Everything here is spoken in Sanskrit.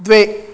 द्वे